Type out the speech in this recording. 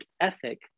ethic